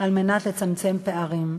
על מנת לצמצם פערים,